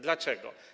Dlaczego?